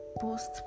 post